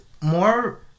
More